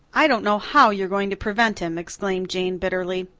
i don't know how you're going to prevent him, exclaimed jane bitterly.